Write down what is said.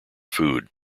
food